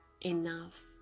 enough